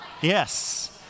Yes